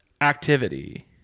activity